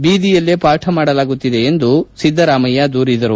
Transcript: ಬೀದಿಯಲ್ಲೇ ಪಾಠ ಮಾಡಲಾಗುತ್ತಿದೆ ಎಂದು ಆರೋಪಿಸಿದರು